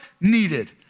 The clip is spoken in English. needed